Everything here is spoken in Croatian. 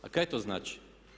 Pa kaj to znači?